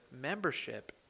membership